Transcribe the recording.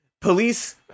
police